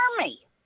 Army